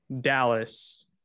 Dallas